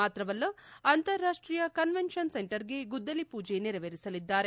ಮಾತ್ರವಲ್ಲ ಅಂತಾರಾಷ್ಟೀಯ ಕನ್ವೆಂಷನ್ ಸೆಂಟರ್ಗೆ ಗುದ್ದಲಿಪೂಜೆ ನೆರವೇರಿಸಲಿದ್ದಾರೆ